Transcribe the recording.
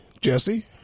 Jesse